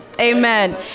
Amen